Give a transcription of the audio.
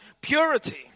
purity